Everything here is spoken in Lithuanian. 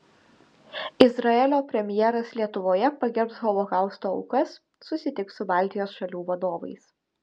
izraelio premjeras lietuvoje pagerbs holokausto aukas susitiks su baltijos šalių vadovais